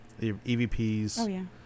evps